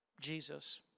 Jesus